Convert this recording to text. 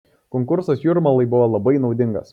konkursas jūrmalai buvo labai naudingas